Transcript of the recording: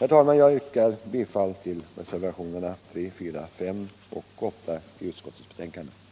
Herr talman! Jag yrkar bifall till reservationerna 3, 4, 5 och 8 vid justitieutskottets betänkande nr 28.